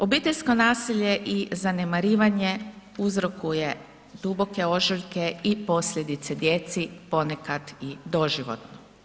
Obiteljsko nasilje i zanemarivanje uzrokuje duboke ožiljke i posljedice djeci ponekad i doživotno.